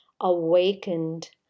awakened